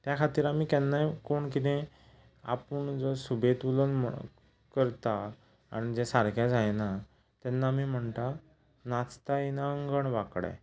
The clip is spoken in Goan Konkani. ते खातीर आमी केन्नाय कोण कितें आपूण जो सुबेज उलोवन करता आनी जें सारकें जायना तेन्ना आमी म्हणटा नाचता येईना अंगण वांकडें